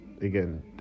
again